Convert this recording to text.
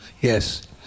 Yes